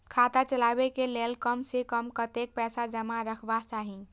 खाता चलावै कै लैल कम से कम कतेक पैसा जमा रखवा चाहि